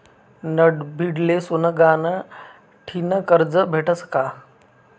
नडभीडले सोनं गहाण ठीन करजं भेटस का?